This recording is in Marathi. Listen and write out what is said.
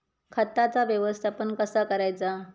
खताचा व्यवस्थापन कसा करायचा?